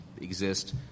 exist